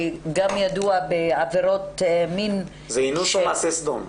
ידוע בעבירות מין --- זה אינוס או מעשה סדום,